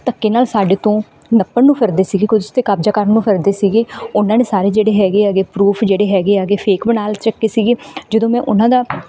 ਧੱਕੇ ਨਾਲ ਸਾਡੇ ਤੋਂ ਨੱਪਣ ਨੂੰ ਫਿਰਦੇ ਸੀਗੇ ਕੋਈ ਉਸ 'ਤੇ ਕਬਜ਼ਾ ਕਰਨ ਨੂੰ ਫਿਰਦੇ ਸੀਗੇ ਉਹਨਾਂ ਨੇ ਸਾਰੇ ਜਿਹੜੇ ਹੈਗੇ ਐਗੇ ਪਰੂਫ ਜਿਹੜੇ ਹੈਗੇ ਐਗੇ ਫੇਕ ਬਣਾ ਚੱਕੇ ਸੀਗੀ ਜਦੋਂ ਮੈਂ ਉਹਨਾਂ ਦਾ